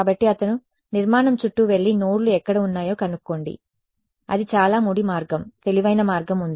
కాబట్టి అతను నిర్మాణం చుట్టూ వెళ్లి నోడ్లు ఎక్కడ ఉన్నాయో కనుక్కోండి అది చాలా ముడి మార్గం తెలివైన మార్గం ఉంది